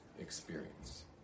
experience